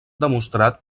demostrat